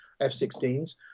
F-16s